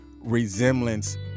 resemblance